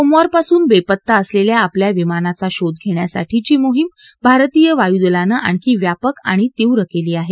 सोमवारपासून बेपत्ता असलेल्या आपल्या विमानाचा शोध घेण्यासाठीची मोहीम भारतीय वायुदलानं आणखी व्यापक आणि तीव्र केली आहे